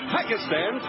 Pakistan